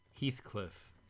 heathcliff